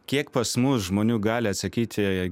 kiek pas mus žmonių gali atsakyti